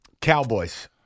Cowboys